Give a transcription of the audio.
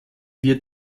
wird